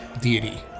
deity